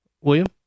William